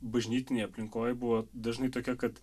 bažnytinėj aplinkoj buvo dažnai tokia kad